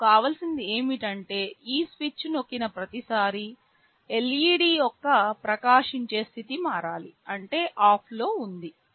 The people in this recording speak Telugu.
నాకు కావలసినది ఏమిటంటే ఈ స్విచ్ నొక్కిన ప్రతిసారీ LED యొక్క ప్రకాశించే స్థితి మారాలి అంటే ఆఫ్లో ఉంది